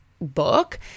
book